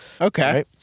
Okay